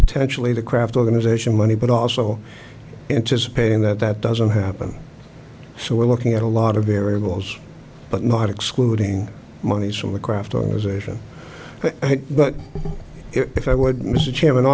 potentially the craft organization money but also anticipating that that doesn't happen so we're looking at a lot of variables but not excluding monies from the craft organization but if i would mr chairman